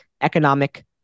economic